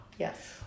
Yes